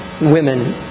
women